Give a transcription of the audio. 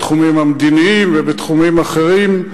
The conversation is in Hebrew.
בתחומים המדיניים ובתחומים אחרים,